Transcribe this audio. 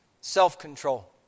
self-control